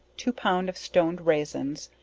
two pound of stoned raisins,